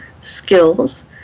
skills